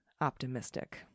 optimistic